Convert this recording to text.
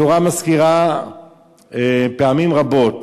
התורה מזכירה פעמים רבות